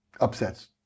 upsets